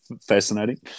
fascinating